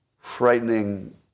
frightening